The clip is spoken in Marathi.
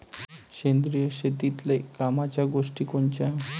सेंद्रिय शेतीतले कामाच्या गोष्टी कोनच्या?